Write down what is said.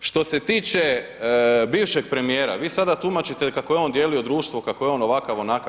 Što se tiče bivšeg premijera vi sada tumačite kako je on dijelio društvo, kako je on ovakav, onakav.